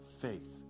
faith